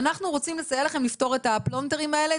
ואנחנו רוצים לסייע לכם לפתור את הפלונטרים האלה.